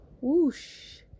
whoosh